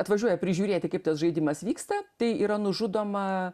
atvažiuoja prižiūrėti kaip tas žaidimas vyksta tai yra nužudoma